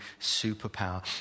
superpower